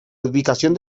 ubicación